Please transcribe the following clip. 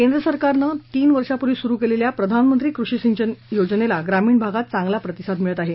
केंद्र सरकारनं तीन वर्षांपूर्वी सुरू केलेल्या प्रधानमंत्री कृषी सिंचन योजनेला ग्रामीण भागात चांगला प्रतिसाद मिळत आहे